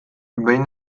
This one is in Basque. behin